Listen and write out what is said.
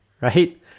right